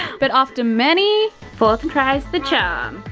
but after many. fourth and try's the charm.